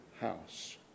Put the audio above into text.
house